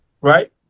Right